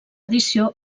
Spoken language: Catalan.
edició